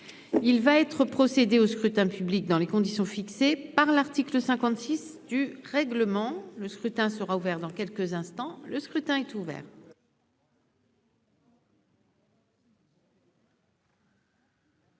il va être procédé au scrutin public dans les conditions fixées par l'article 56 du règlement, le scrutin sera ouvert dans quelques instants, le scrutin est ouvert.